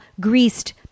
greased